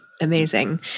amazing